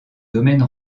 domaine